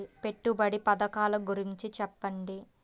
పెట్టుబడి పథకాల గురించి చెప్పండి?